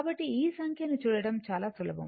కాబట్టి ఈ సంఖ్యను చూడటం చాలా సులభం